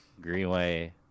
Greenway